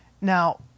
now